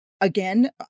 Again